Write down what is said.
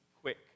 quick